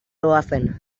doazen